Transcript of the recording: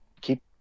keep